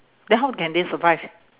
then how can they survive